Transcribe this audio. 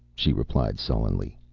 she replied sullenly.